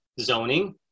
zoning